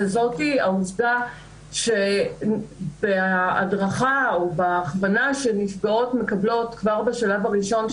וזה העובדה שבהדרכה או בהכוונה שנפגעות מקבלות כבר בשלב הראשון,